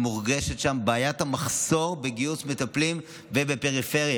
מורגשת שם בעיית המחסור בגיוס מטפלים בפריפריה.